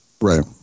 Right